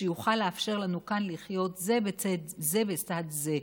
שיוכל לאפשר לנו כאן לחיות זה בצד זה,